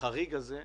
החריג הזה,